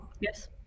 Yes